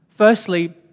Firstly